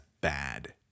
bad